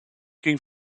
ging